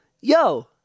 yo